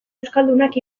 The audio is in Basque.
euskaldunak